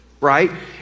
right